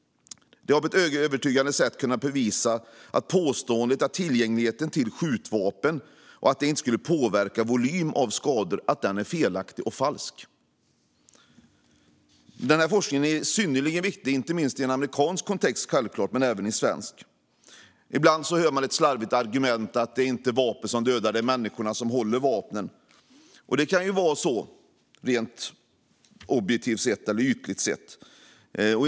De har på ett övertygande sätt kunnat bevisa att påståendet att tillgängligheten till skjutvapen inte skulle påverka volymen av skador är felaktigt och falskt. Den forskningen är synnerligen viktig inte minst i en amerikansk kontext men även i en svensk. Ibland har man det lite slarviga argumentet att det inte är vapen som dödar människor utan människorna som håller i vapnen, och så kan det vara rent ytligt sett.